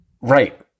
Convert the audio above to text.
right